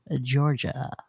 Georgia